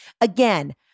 Again